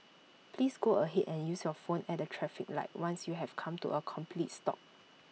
please go ahead and use your phone at the traffic light once you have come to A complete stop